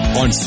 on